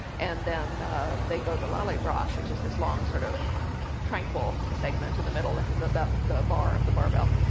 and then they go to lallybroch, which is this long, sort of tranquil segment in the middle, as the but the bar of the barbell.